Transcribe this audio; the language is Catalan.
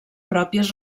pròpies